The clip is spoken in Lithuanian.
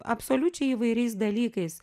absoliučiai įvairiais dalykais